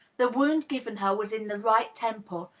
the wound given her was in the right temple,